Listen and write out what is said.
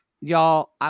y'all